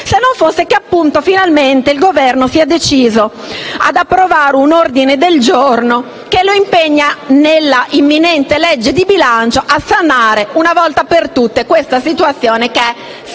mesi fa. Finalmente, mesi fa il Governo si è deciso ad approvare un ordine del giorno che lo impegna, nella imminente legge di bilancio, a sanare una volta per tutte questa situazione che è scandalosa.